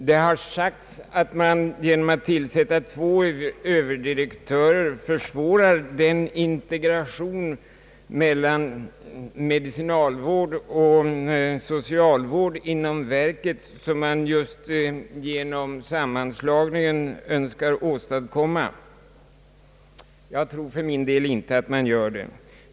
Det har sagts, att man genom att tillsätta två överdirektörer försvårar den integration mellan medicinalvården och socialvården inom verket som man just genom sammanslagningen önskar åstadkomma. Jag tror för min del inte att man gör det.